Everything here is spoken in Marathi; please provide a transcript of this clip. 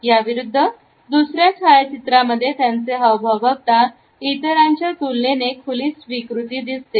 याविरुद्ध दुसऱ्या छायाचित्रांमध्ये त्यांचे हावभाव बघता इतरांच्या तुलनेने खुली स्वीकृती दिसते